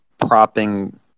propping